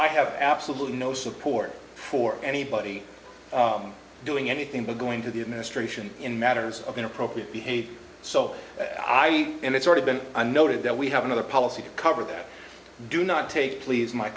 i have absolutely no support for anybody doing anything but going to the administration in matters of inappropriate behavior so i and it's already been noted that we have another policy to cover that do not take please my